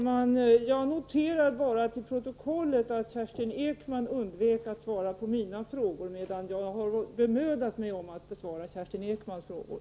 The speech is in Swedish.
Herr talman! Jag noterar till protokollet att Kerstin Ekman undvek att svara på mina frågor, medan jag har bemödat mig om att besvara Kerstin Ekmans frågor.